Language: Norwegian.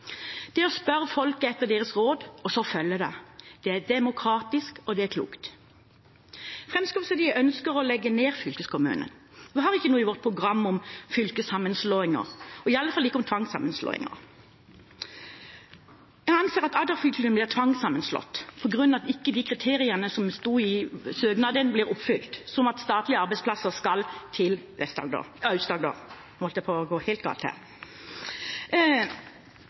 2000. Å spørre folket etter deres råd og så følge det er demokratisk og klokt. Fremskrittspartiet ønsker å legge ned fylkeskommunene. Vi har ikke noe i vårt program om fylkessammenslåinger, og iallfall ikke om tvangssammenslåinger. Jeg anser at Agder-fylkene blir tvangssammenslått på grunn av at de kriteriene som sto i søknaden, ikke blir oppfylt, som at statlige arbeidsplasser skal til Aust-Agder. Jeg gjør hermed Fremskrittspartiets ord fra 2013 til